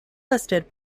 listed